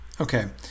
okay